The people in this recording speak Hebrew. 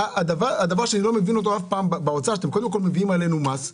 הדבר שאני אף פעם לא מבין באוצר הוא שקודם כול אתם מביאים עלינו מס.